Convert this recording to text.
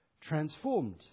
transformed